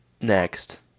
Next